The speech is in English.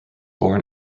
born